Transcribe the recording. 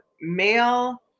male